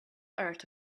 earth